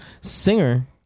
Singer